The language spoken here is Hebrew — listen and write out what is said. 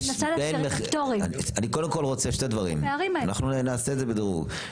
אני רוצה שני דברים, ונעשה זאת מדורג.